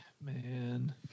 Man